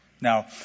Now